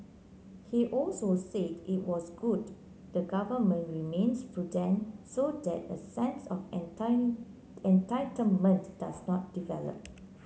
he also said it was good the Government remains prudent so that a sense of entitlement does not develop